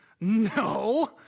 No